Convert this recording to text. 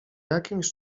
jakimś